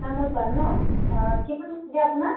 তামোল পাণ ন কিমান লাগে আপোনাক